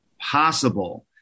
possible